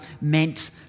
meant